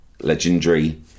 legendary